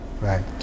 Right